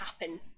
happen